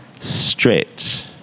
straight